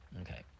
okay